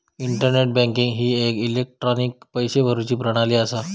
internet banking ही एक electronic पैशे भरुची प्रणाली असा